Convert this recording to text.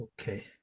Okay. (